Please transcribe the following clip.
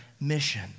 mission